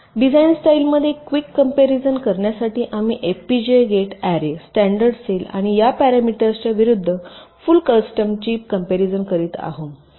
design स्टाईलमध्ये quick comparison करण्यासाठी आम्ही FPGA gate array standard cell आणि या पॅरामीटर्सच्या विरूद्ध फुल कस्टमची कॅम्परिजन करीत आहोत